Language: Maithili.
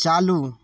चालू